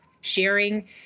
sharing